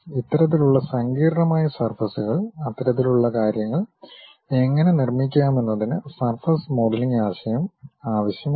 ഇത്തരത്തിലുള്ള സങ്കീർണ്ണമായ സർഫസ്കൾ അത്തരത്തിലുള്ള കാര്യങ്ങൾ എങ്ങനെ നിർമ്മിക്കാമെന്നതിന് സർഫസ് മോഡലിംഗ് ആശയം ആവശ്യമാണ്